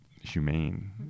humane